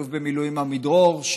אלוף במילואים עמידרור,